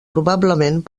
probablement